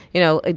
you know, ah